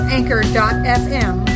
Anchor.fm